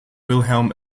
wilhelm